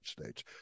States